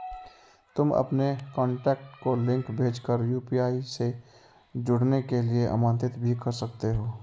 तुम अपने कॉन्टैक्ट को लिंक भेज कर यू.पी.आई से जुड़ने के लिए आमंत्रित भी कर सकते हो